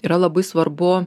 yra labai svarbu